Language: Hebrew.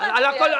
--- בכל מקרה,